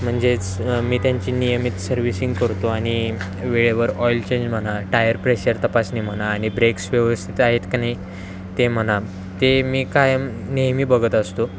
म्हणजेच मी त्यांची नियमित सर्व्हिसिंग करतो आणि वेळेवर ऑइल चेंज म्हणा टायर प्रेशर तपासणे म्हणा आणि ब्रेक्स व्यवस्थित आहेत का नाही ते म्हणा ते मी काय नेहमी बघत असतो